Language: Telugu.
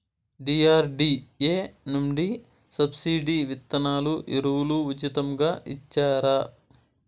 డి.ఆర్.డి.ఎ నుండి సబ్సిడి విత్తనాలు ఎరువులు ఉచితంగా ఇచ్చారా?